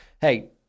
hey